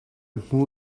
hmu